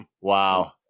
Wow